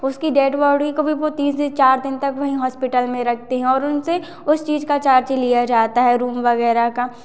उसकी dead body को भी वो तीन से चार दिन तक वहीं हॉस्पिटल में रखते हैं और उनसे उस चीज़ का चार्ज लिया जाता है रुम वगैरह का